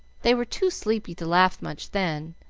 they were too sleepy to laugh much then,